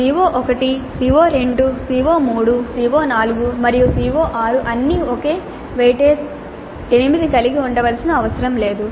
CO1 CO2 CO3 CO4 మరియు CO6 అన్నీ ఒకే వెయిటేజీ 8 కలిగి ఉండవలసిన అవసరం లేదు